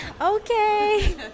okay